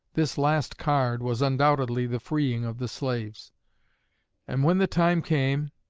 this last card was undoubtedly the freeing of the slaves and when the time came,